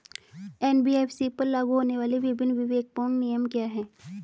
NBFC पर लागू होने वाले विभिन्न विवेकपूर्ण नियम क्या हैं?